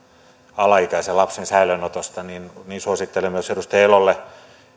alaikäisen lapsen säilöönotosta niin niin suosittelen myös edustaja elolle